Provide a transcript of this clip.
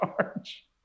charge